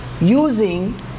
using